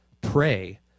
Pray